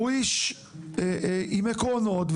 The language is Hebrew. והוא איש עם עקרונות,